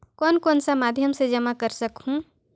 कौन कौन सा माध्यम से जमा कर सखहू?